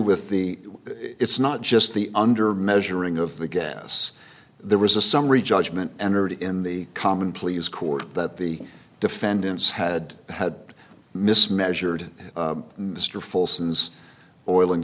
with the it's not just the under measuring of the gas there was a summary judgment entered in the common pleas court that the defendants had had mismeasured mr false ins oil and